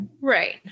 right